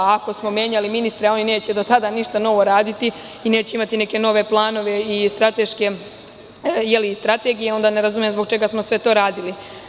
Ako smo menjali ministre, a oni neće do tada ništa novo raditi i neće imati neke nove planove i strategije, onda ne razumem zbog smo sve to radili.